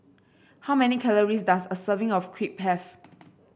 how many calories does a serving of Crepe have